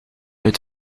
uit